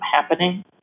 happening